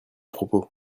propos